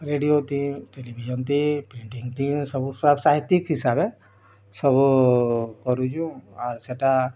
radio ଥି television ଥି painting ଥି ସବୁ ସାହିତିକ୍ ହିସାବେ ସବୁ କରୁଛୁ ଆର୍ ସେଟା